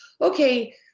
okay